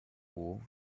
war